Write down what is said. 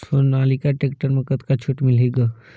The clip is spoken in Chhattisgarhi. सोनालिका टेक्टर म कतका छूट मिलही ग?